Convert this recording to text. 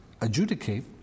adjudicate